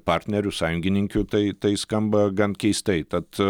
partnerių sąjungininkių tai tai skamba gan keistai tad